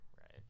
right